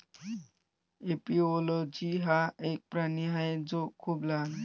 एपिओलोजी हा एक प्राणी आहे जो खूप लहान आहे